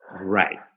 right